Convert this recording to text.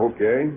Okay